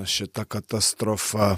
šita katastrofa